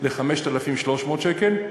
ל-5,300 שקל,